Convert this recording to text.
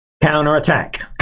counterattack